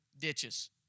ditches